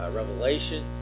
revelation